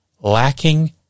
lacking